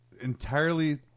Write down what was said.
entirely